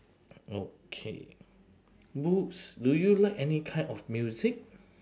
okay books do you like any kind of music